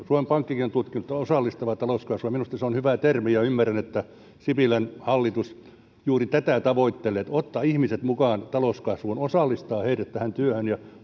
suomen pankkikin on tutkinut osallistavaa talouskasvua minusta se on hyvä termi ja ymmärrän että sipilän hallitus juuri tätä tavoittelee että ottaa ihmiset mukaan talouskasvuun osallistaa heidät työhön ja